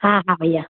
हा हा भैया